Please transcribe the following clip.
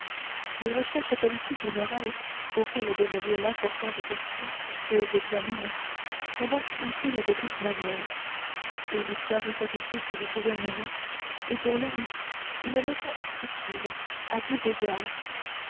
les recherches politiques et morales auxquelles donne lieu l'importante question que j'examine sont donc utiles de toutes manières et l'histoire hypothétique des gouvernements est pour l'homme une leçon instructive à tous égards